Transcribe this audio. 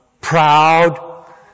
proud